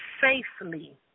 Safely